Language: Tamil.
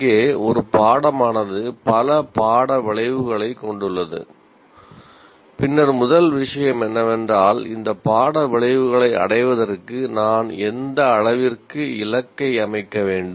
இங்கே ஒரு பாடமானது பல பாட விளைவுகளைக் கொண்டுள்ளது பின்னர் முதல் விஷயம் என்னவென்றால் இந்த பாட விளைவுகளை அடைவதற்கு நான் எந்த அளவிற்கு இலக்கை அமைக்க வேண்டும்